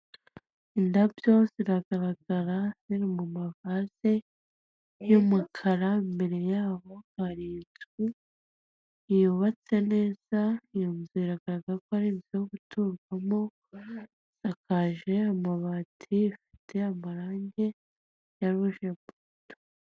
Indabyo ziragaragara ziri mu mavaze y'umukara imbere yaho hari inzu yubatse neza iyo nzu iragazagara ko ari inzu yo guturwamo isakaje amabati afite amarangi ya rujeborodo.